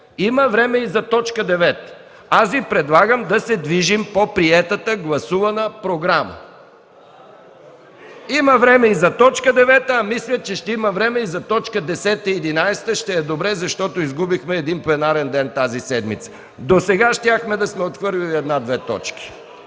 Има време и за нея. Аз Ви предлагам да се движим по приетата, гласувана програма. Има време и за т. 9, а мисля, че ще има време и за т. 10 и т. 11. Ще е добре, защото изгубихме един пленарен ден тази седмица. Досега щяхме да сме отхвърлили една-две точки.